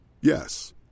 Yes